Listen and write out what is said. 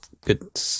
good